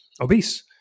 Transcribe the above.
obese